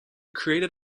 created